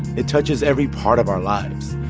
it touches every part of our lives.